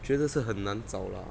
觉得是很难找啦